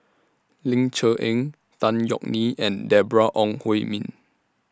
Ling Cher Eng Tan Yeok Nee and Deborah Ong Hui Min